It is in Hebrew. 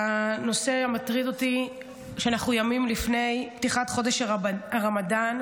הנושא המטריד אותי הוא שאנחנו ימים לפני פתיחת חודש הרמדאן,